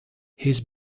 his